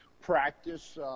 practice